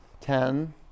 Ten